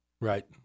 Right